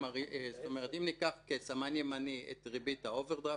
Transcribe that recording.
אם ניקח כסמן ימני את ריבית האוברדרפט,